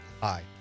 Hi